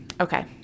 Okay